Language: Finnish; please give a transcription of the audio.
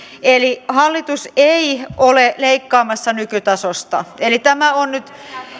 hallitus ei ole leikkaamassa nykytasosta eli nyt